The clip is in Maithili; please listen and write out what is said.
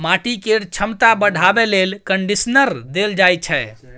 माटि केर छमता बढ़ाबे लेल कंडीशनर देल जाइ छै